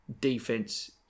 defense